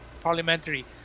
parliamentary